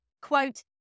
quote